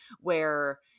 where-